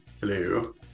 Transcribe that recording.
Hello